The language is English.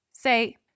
Say